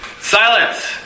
Silence